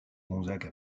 gonzague